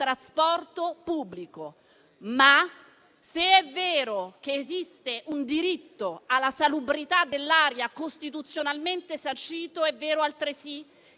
trasporto pubblico. Se è vero però che esiste un diritto alla salubrità dell'aria costituzionalmente sancito, lo è altresì